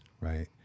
right